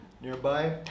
nearby